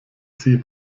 sie